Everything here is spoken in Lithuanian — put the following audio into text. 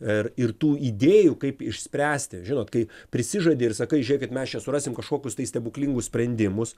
ir ir tų idėjų kaip išspręsti žinot kai prisižadi ir sakai žiūrėkit mes čia surasim kažkokius tai stebuklingus sprendimus